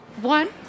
one